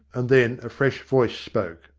and then a fresh voice spoke.